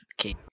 Okay